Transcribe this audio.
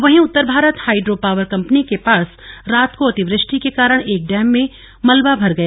वहीं Uttar Bharat hydro power company के पास रात को अतिवृष्टि के कारण एक डैम में मलबा भर गया